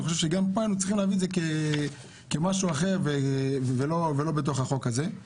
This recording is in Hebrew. גם פה היינו צריכים להביא את זה כמשהו אחר ולא בתוך החוק הזה.